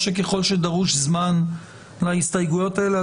או שככל שדרוש זמן להסתייגויות האלה,